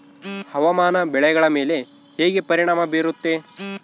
ಹವಾಮಾನ ಬೆಳೆಗಳ ಮೇಲೆ ಹೇಗೆ ಪರಿಣಾಮ ಬೇರುತ್ತೆ?